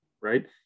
Right